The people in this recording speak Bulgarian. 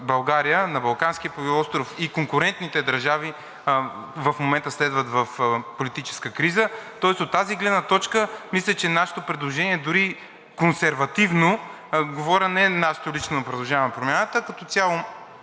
на Балканския полуостров и конкурентните държави, в момента следват в политическа криза. Тоест от тази гледна точка, мисля, че нашето предложение дори и консервативно, говоря не нашето лично предложение на „Продължаваме Промяната“, а като цяло